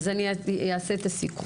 אז אני אעשה את הסיכום.